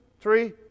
three